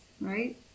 right